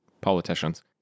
politicians